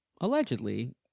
allegedly